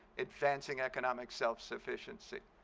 advancing economic self-sufficiency.